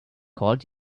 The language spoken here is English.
called